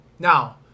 Now